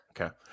Okay